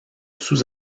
sous